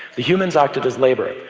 the humans acted as labor.